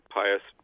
pious